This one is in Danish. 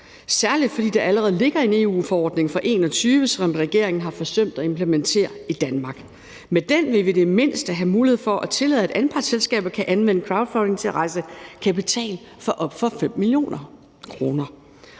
særlig fordi der allerede ligger en EU-forordning fra 2021, som regeringen har forsømt at implementere i Danmark. Med den ville vi i det mindste have mulighed for at tillade, at anpartsselskaber kan anvende crowdfunding til at rejse kapital for op til 5 mio. euro.